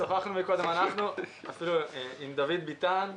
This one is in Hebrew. שוחחנו מקודם אנחנו, אפילו עם דוד ביטן.